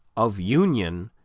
of union,